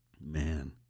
man